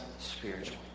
spiritual